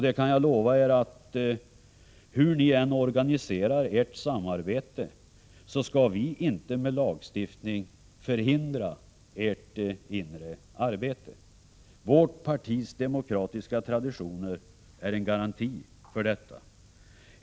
Jag kan lova er att hur ni än organiserar ert samarbete, så skall inte vi med lagstiftning förhindra ert inre arbete. Vårt partis demokratiska traditioner är en garanti för det.